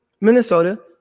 Minnesota